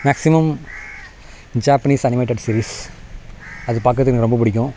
maximum Japanese animated series அது பார்க்குறதுக்கு எனக்கு ரொம்ப பிடிக்கும்